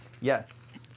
Yes